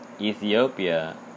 Ethiopia